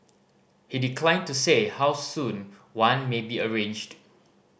he declined to say how soon one may be arranged